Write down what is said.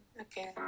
Okay